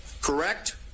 correct